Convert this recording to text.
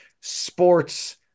sports